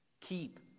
Keep